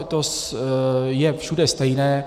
To je všude stejné.